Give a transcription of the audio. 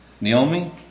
Naomi